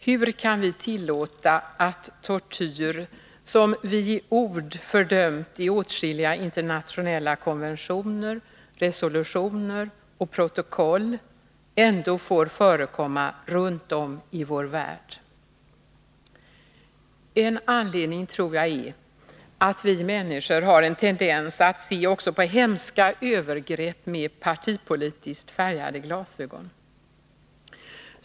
Hur kan vi tillåta att tortyr, som vi i ord fördömt i åtskilliga internationella konventioner, resolutioner och protokoll, ändå får förekomma runt om i vår värld? En anledning tror jag är att vi människor har en tendens att se även på hemska övergrepp med partipolitiskt färgade glasögon.